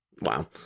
Wow